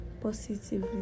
positively